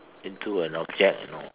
into an object you know